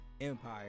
Empire